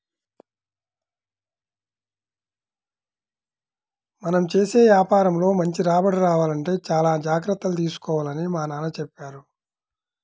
మనం చేసే యాపారంలో మంచి రాబడి రావాలంటే చానా జాగర్తలు తీసుకోవాలని మా నాన్న చెప్పారు